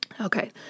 Okay